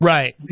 Right